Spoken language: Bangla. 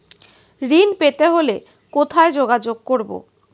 ঋণ পেতে হলে কোথায় যোগাযোগ করব?